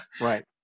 right